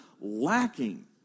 lacking